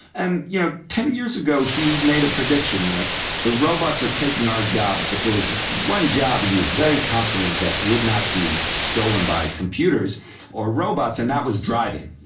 and you know ten years ago he made a prediction that you know the robots are taking our jobs. but there was one job he was very confident that would not be stolen by computers or robots and that was driving.